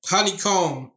Honeycomb